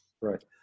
Right